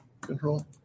Control